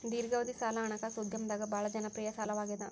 ದೇರ್ಘಾವಧಿ ಸಾಲ ಹಣಕಾಸು ಉದ್ಯಮದಾಗ ಭಾಳ್ ಜನಪ್ರಿಯ ಸಾಲವಾಗ್ಯಾದ